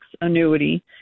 annuity